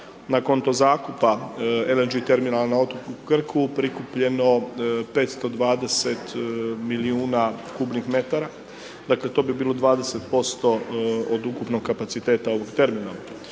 akonto zakupa LNG terminala na otoku Krku, prikupljeno 520 milijuna kubnih metara, dakle to bi bilo 20% od ukupnog kapaciteta ovog terminala.